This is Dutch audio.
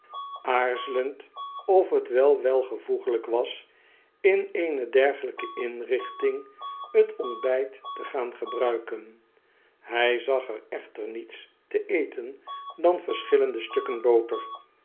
aarzelend of t wel welvoeglijk was in eene dergelijke inrichting t ontbijt te gaan gebruiken hij zag er echter niets te eten dan verschillende stukken boter